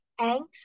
angst